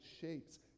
shapes